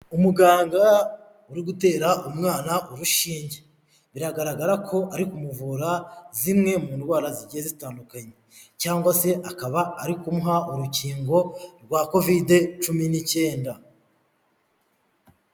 Umuganga uri gutera umwana urushinge. Biragaragara ko ari kumuvura, zimwe mu ndwara zigiye zitandukanye, cyangwa se akaba ari kumuha urukingo rwa kovide cumi n'icyenda.